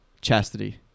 chastity